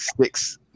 six